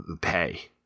Pay